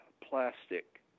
plastic